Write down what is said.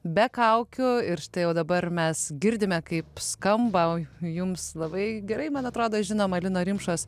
be kaukių ir štai jau dabar mes girdime kaip skamba jums labai gerai man atrodo žinoma lino rimšos